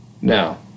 Now